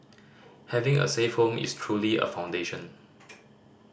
having a safe home is truly a foundation